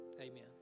Amen